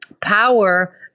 power